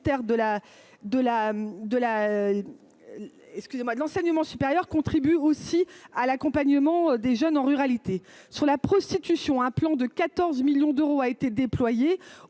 de l'enseignement supérieur, contribue aussi à l'accompagnement des jeunes en ruralité sur la prostitution, un plan de 14 millions d'euros a été déployé,